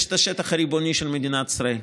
יש את השטח הריבוני של מדינת ישראל.